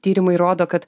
tyrimai rodo kad